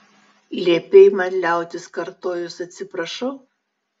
liepei man liautis kartojus atsiprašau